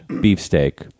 Beefsteak